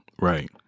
Right